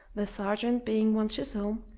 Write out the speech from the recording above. the sergeant being one chisholm,